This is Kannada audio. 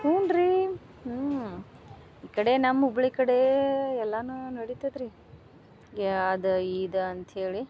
ಹ್ಞೂನ್ರೀ ಈ ಕಡೆ ನಮ್ಮ ಹುಬ್ಬಳ್ಳಿ ಕಡೆ ಎಲ್ಲಾನ ನಡಿತೈತ್ರಿ ಯ ಅದ ಇದ ಅಂತ್ಹೇಳಿ